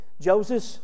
Joseph